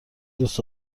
دوست